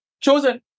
chosen